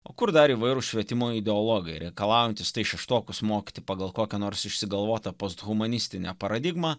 o kur dar įvairūs švietimo ideologai reikalaujantys šeštokus mokyti pagal kokią nors išsigalvotą post humanistinę paradigmą